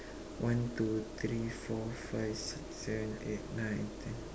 one two three four five six seven eight nine ten